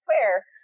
Claire